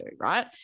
right